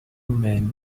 men